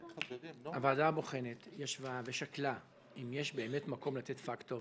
הוועדה הבוחנת ישבה ושקלה אם יש באמת מקום לתת פקטור,